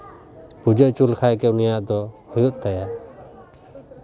ᱯᱩᱡᱟᱹ ᱦᱚᱪᱚ ᱞᱮᱠᱷᱟᱱ ᱜᱮ ᱩᱱᱤᱭᱟᱜ ᱫᱚ ᱦᱩᱭᱩᱜ ᱛᱟᱭᱟ